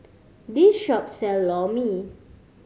this shop sell Lor Mee